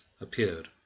appeared